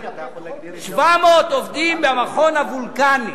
700 עובדים במכון וולקני,